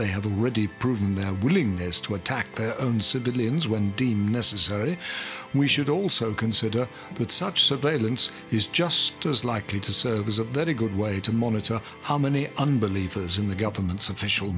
ey have already proven their willingness to attack their own civilians when deem necessary we should also consider that such surveillance is just as likely to serve as a very good way to monitor how many unbelievers in the government's official